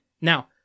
Now